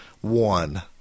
one